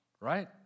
right